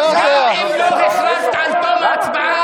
גם אם לא הכרזת על תום ההצבעה,